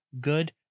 Good